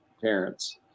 parents